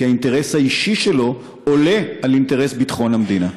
כי האינטרס האישי שלו עולה על האינטרס של ביטחון המדינה.